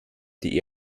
die